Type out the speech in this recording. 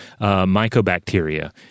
mycobacteria